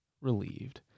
relieved